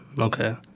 Okay